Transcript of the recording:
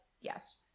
yes